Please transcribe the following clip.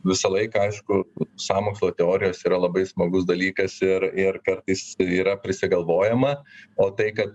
visą laiką aišku sąmokslo teorijos yra labai smagus dalykas ir ir kartais jis yra prisigalvojama o tai kad